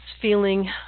feeling